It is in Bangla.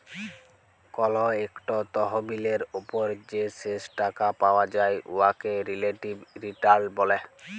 কল ইকট তহবিলের উপর যে শেষ টাকা পাউয়া যায় উয়াকে রিলেটিভ রিটার্ল ব্যলে